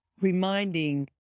reminding